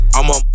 I'ma